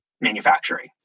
manufacturing